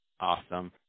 Awesome